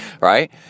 right